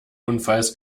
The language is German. unfalls